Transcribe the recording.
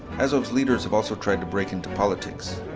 azov's leaders have also tried to break into politics.